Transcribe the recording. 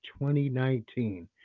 2019